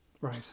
Right